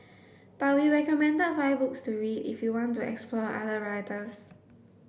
but we recommend five books to read if you want to explore other writers